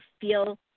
feel